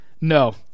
no